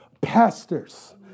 pastors